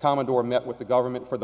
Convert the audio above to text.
commodore met with the government for the